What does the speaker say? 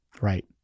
right